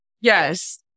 Yes